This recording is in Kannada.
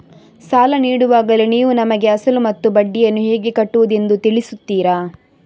ಸಾಲ ನೀಡುವಾಗಲೇ ನೀವು ನಮಗೆ ಅಸಲು ಮತ್ತು ಬಡ್ಡಿಯನ್ನು ಹೇಗೆ ಕಟ್ಟುವುದು ಎಂದು ತಿಳಿಸುತ್ತೀರಾ?